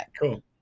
cool